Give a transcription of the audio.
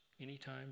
anytime